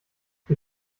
wir